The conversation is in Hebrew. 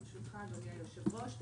ברשותך אדוני היושב-ראש.